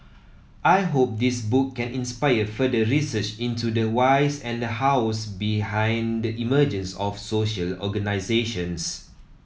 I hope this book can inspire further research into the whys and the hows behind the emergence of social organisations